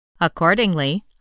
Accordingly